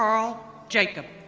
karl jacob.